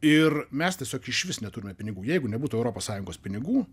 ir mes tiesiog išvis neturime pinigų jeigu nebūtų europos sąjungos pinigų